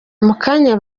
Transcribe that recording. mukanya